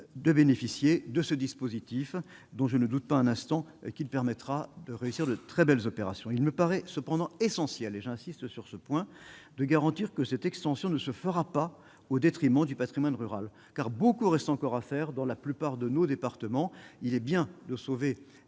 de bénéficier de ce dispositif, dont je ne doute pas un instant qu'il permettra de réussir de très belles opérations, il me paraît cependant essentiel et j'insiste sur ce point, de garantir que cette extension ne se fera pas au détriment du Patrimoine rural car beaucoup reste encore à faire dans la plupart de nos départements, il est bien de sauver